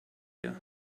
you